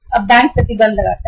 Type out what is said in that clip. अब बैंक प्रतिबंध लगाता है